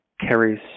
carries